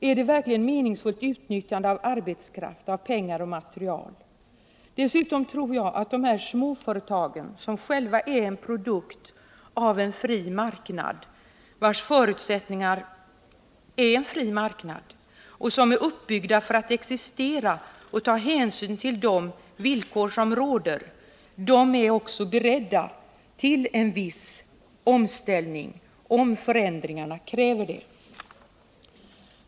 Är det verkligen meningsfullt utnyttjande av arbetskraft, pengar och material? Dessutom tror jag att de här småföretagen, som själva är en produkt av en fri marknad, vars förutsättningar är en fri marknad och som är uppbyggda för att existera i och ta hänsyn till de villkor som råder, också är beredda till en viss omställning, om förändringarna kräver det.